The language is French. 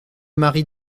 mari